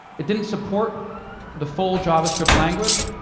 it didn't support the full javascript language,